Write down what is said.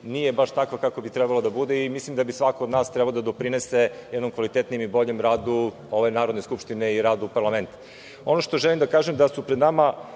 nije baš takva kako bi trebalo da bude, i mislim da bi svako od nas trebao da doprinese jednom kvalitetnijem i boljem radu ove Narodne skupštine i radu Parlament. Ono što želim da kažem da su pred nama